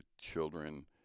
children